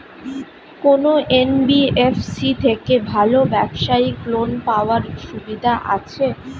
কোন এন.বি.এফ.সি থেকে ভালো ব্যবসায়িক লোন পাওয়ার সুবিধা আছে?